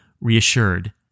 reassured